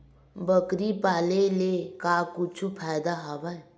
बकरी पाले ले का कुछु फ़ायदा हवय?